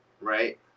Right